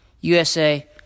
USA